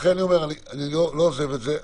לכן אני אומר: אני לא עוזב את זה.